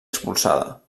expulsada